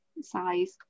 Size